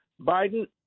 Biden